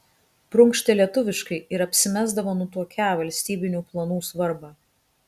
prunkštė lietuviškai ir apsimesdavo nutuokią valstybinių planų svarbą